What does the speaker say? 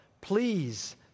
please